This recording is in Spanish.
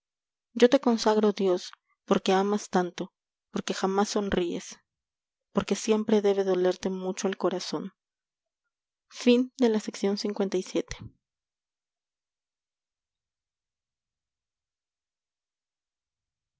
yo te consagro dios porque amas tanto porque jamás sonríes porque siempre debe dolerte mucho el corazón